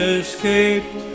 escaped